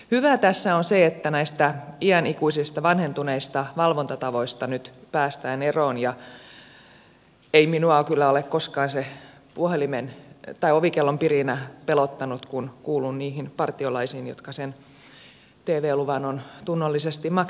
hyvää tässä on se että näistä iänikuisista vanhentuneista valvontatavoista nyt päästään eroon ja ei minua kyllä ole koskaan se ovikellon pirinä pelottanut kun kuulun niihin partiolaisiin jotka sen tv luvan ovat tunnollisesti maksaneet